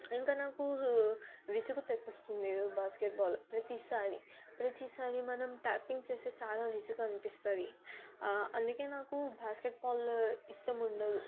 ఇంకా నాకు విసుగు తెప్పిస్తుంది బాస్కెట్బాల్ ప్రతిసారి ప్రతిసారి మనం ట్యాపింగ్ చేస్తే చాలా విసుగు అనిపిస్తుంది అందుకని నాకు బాస్కెట్బాల్ ఇష్టం ఉండదు